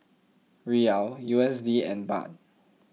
Riyal U S D and Baht